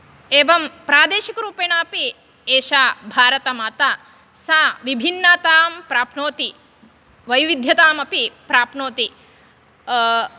एवं प्रादेशिकरूपेणापि एषा भारतमाता सा विभिन्नतां प्राप्नोति वैविध्यतामपि प्राप्नोति